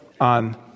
on